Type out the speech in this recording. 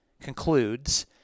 concludes